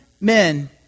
men